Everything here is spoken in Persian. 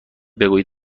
بگویید